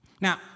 Now